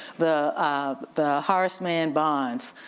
the um the harsh man bonds.